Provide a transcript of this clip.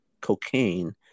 cocaine